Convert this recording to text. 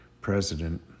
president